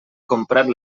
comprat